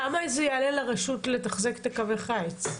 כמה יעלה לרשות לתחזק את קווי החיץ?